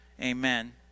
Amen